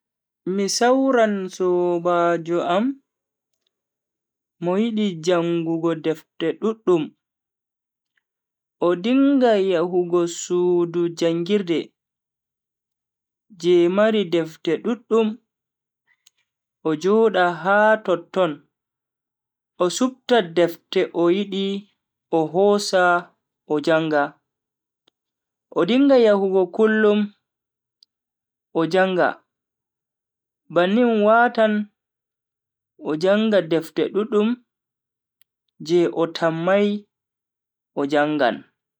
Mi sawran sobajo am mo yidi jangugo defte duddum o dinga yahugo sudu jangirde je mari defte duddum o joda ha totton o supta defte o yidi o hosa o janga. o dinga yahugo kullum o janga bannin watan o janga defte duddum je o tammai o jangan.